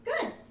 Good